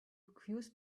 cures